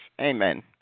amen